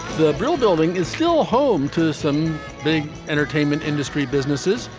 the brill building is still home to some big entertainment industry businesses.